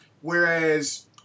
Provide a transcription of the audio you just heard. Whereas